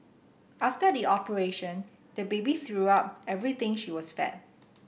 after the operation the baby threw up everything she was fed